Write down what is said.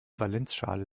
valenzschale